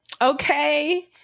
Okay